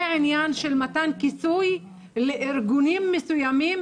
זה עניין של מתן כיסוי לארגונים מסוימים